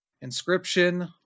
Inscription